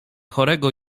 chorego